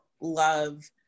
love